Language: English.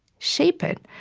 shape it.